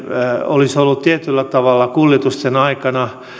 olisi ollut tietyllä tavalla kuljetusten aikana